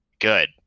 good